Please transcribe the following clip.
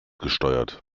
gesteuert